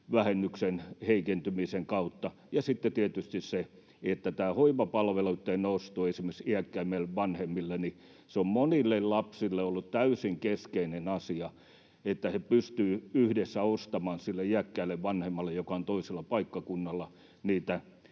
kotitalousvähennyksen heikentymisen kautta. Ja sitten tietysti tämä hoivapalveluitten nosto esimerkiksi iäkkäämmille vanhemmille: Se on monille lapsille ollut täysin keskeinen asia, että he pystyvät yhdessä ostamaan hoivapalveluja sille iäkkäälle vanhemmalle, joka on toisella paikkakunnalla.